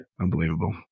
Unbelievable